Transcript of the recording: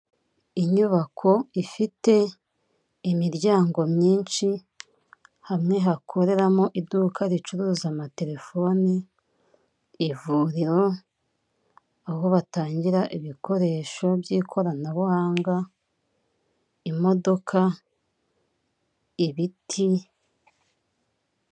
Inyubako ifite imiryango myinshi. Hamwe hakoreramo iduka ricuruza amatelefone, ivuriro, aho batangira ibikoresho by'ikoranabuhanga, imodoka, ibiti...